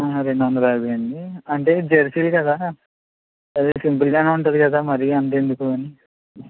రెండు వందల యాభై అండి అంటే జెర్సీలు కదా అది సింపుల్గానే ఉంటుంది కదా మరీ అంత ఎందుకు అని